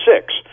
six